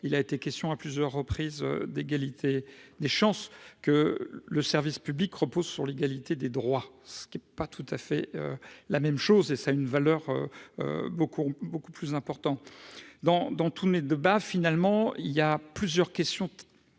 il a été question à plusieurs reprises d'égalité des chances que le service public repose sur l'égalité des droits, ce qui est pas tout à fait la même chose et ça une valeur, beaucoup, beaucoup plus important dans dans tous les deux bah finalement il y a plusieurs questions